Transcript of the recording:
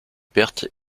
perte